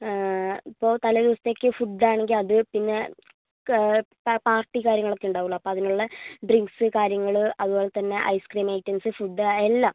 ഇപ്പോൾ തലേ ദിവസത്തേക്ക് ഫുഡ്ഡ് ആണെങ്കിൽ അത് പാർട്ടി കാര്യങ്ങളൊക്കെ ഉണ്ടാവുമല്ലോ അപ്പോൾ അതിനുള്ള ഡ്രിങ്സ് കാര്യങ്ങൾ അതുപോലെ തന്നെ ഐസ് ക്രീം ഐറ്റംസ് ഫുഡ്ഡ് എല്ലാം